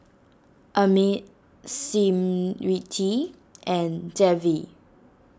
Amit Smriti and Devi